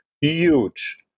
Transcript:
huge